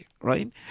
right